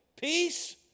Peace